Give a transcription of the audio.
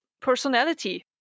personality